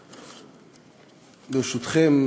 ברשותכם,